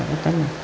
ഇതൊക്കെ തന്നെ